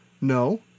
No